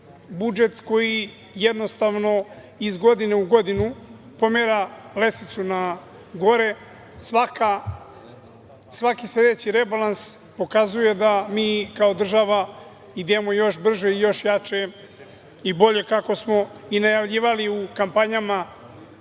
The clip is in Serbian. budžet koji iz godine u godinu pomera lestvicu na gore. Svaki sledeći rebalans pokazuje da mi kao država idemo još brže i još jače i bolje, kako smo i najavljivali u kampanjama